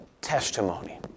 testimony